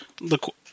look